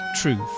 Truth